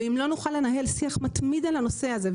ואם לא נוכל לנהל שיח מתמיד על הנושא הזה,